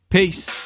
Peace